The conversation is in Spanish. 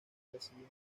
presidente